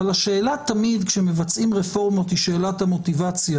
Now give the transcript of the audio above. אבל השאלה כשמבצעים רפורמות היא תמיד שאלת המוטיבציה